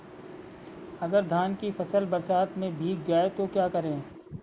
अगर धान की फसल बरसात में भीग जाए तो क्या करें?